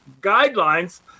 guidelines